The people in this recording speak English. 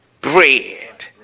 bread